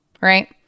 Right